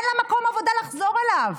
אין לה מקום עבודה לחזור אליו,